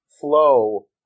flow